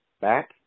back